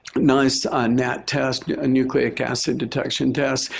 nice nat test, a nucleic acid detection test.